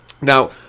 Now